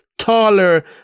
taller